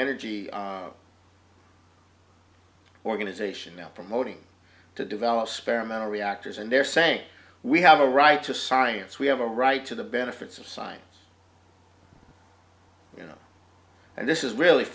energy organization now promoting to develop spare amena reactors and they're saying we have a right to science we have a right to the benefits of science you know and this is really